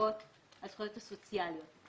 לרבות הזכויות הסוציאליות.